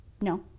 No